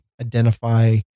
identify